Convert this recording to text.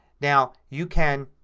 now you can